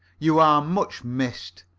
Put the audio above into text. you are much missed.